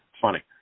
funny